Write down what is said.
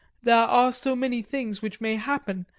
there are so many things which may happen,